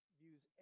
views